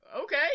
Okay